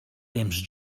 temps